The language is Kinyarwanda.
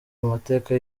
mateka